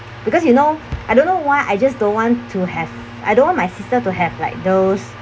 because you know I don't know why I just don't want to have I don't want my sister to have like those